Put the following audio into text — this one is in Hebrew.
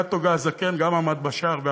קאטו הזקן גם עמד בשער ואמר,